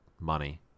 money